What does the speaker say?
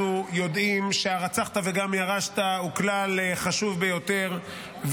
אנחנו יודעים ש"הרצחת וגם ירשת" הוא כלל חשוב ביותר,